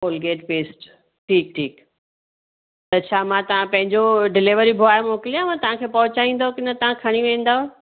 Colgate paste ठीक ठीक त छा मां तां पंहिंजो डीलिवरी बॉय मोकलियाव तांखे पहोंचायदो के न तां खणी वेंदव